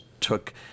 took